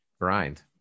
grind